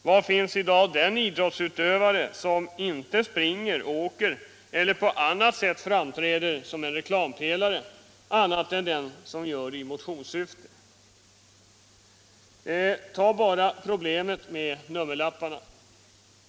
Var finns i dag den idrottsutövare som inte springer, åker eller på annat sätt framträder som en reklampelare, annat än den som idrottar i motionssyfte? Ta bara problemet med nummerlapparna!